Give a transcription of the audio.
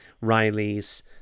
Riley's